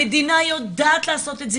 המדינה יודעת לעשות את זה,